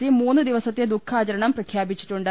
C മൂന്നുദിവസത്തെ ദുഖാചരണം പ്രഖ്യാപിച്ചിട്ടു ണ്ട്